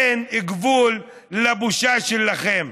אין גבול לבושה שלכם.